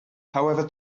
however